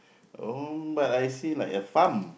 oh but I see like a farm